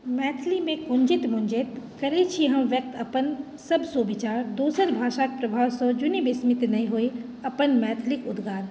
मैथिलीमे कुञ्जित मुञ्जित करैत छी हम व्यक्त अपन सभ सुविचार दोसर भाषाके प्रभावसँ जुनि विस्मित नहि होइ अपन मैथिलिक उद्गार